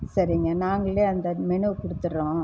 சரிங்க நாங்களே அந்த மெனுவை கொடுத்துடுறோம்